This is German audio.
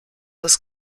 das